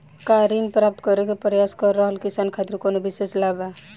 का ऋण प्राप्त करे के प्रयास कर रहल किसान खातिर कउनो विशेष लाभ बा?